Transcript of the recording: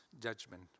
judgment